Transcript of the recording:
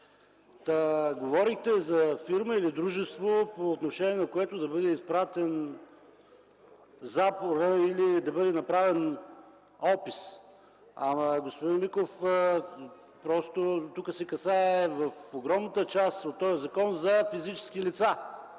Говорите за фирма или дружество, по отношение на което да бъде изпратена заповед или да бъде направен опис. Ама, господин Миков, просто тук, в огромната част на този закон, се касае за физически лица,